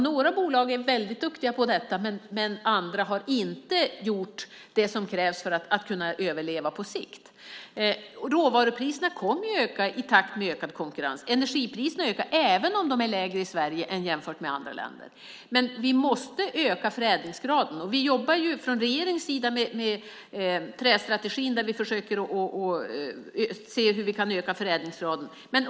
Några bolag är väldigt duktiga på detta, medan andra inte har gjort det som krävs för att på sikt kunna överleva. Råvarupriserna kommer att öka i takt med ökad konkurrens. Energipriserna ökar, men de är lägre i Sverige än i andra länder. Vi måste öka förädlingsgraden. Från regeringens sida jobbar vi med trästrategin. Vi försöker där se hur vi kan öka förädlingsgraden.